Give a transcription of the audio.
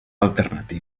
alternatiu